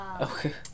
Okay